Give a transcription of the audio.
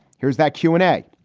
here's that q and a,